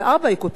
היא כותבת,